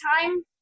time